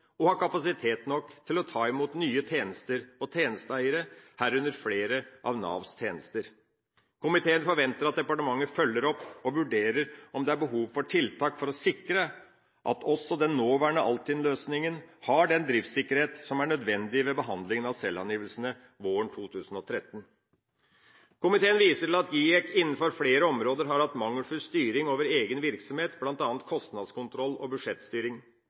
og ha kapasitet nok til å ta imot nye tjenester og tjenesteeiere, herunder flere av Navs tjenester. Komiteen forventer at departementet følger opp og vurderer om det er behov for tiltak for å sikre at også den nåværende Altinn-løsningen har den driftssikkerhet som er nødvendig ved behandlingen av selvangivelsene våren 2013. Komiteen viser til at GIEK innenfor flere områder har hatt mangelfull styring over egen virksomhet, bl.a. kostnadskontroll og budsjettstyring.